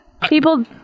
people